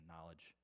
knowledge